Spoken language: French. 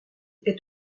est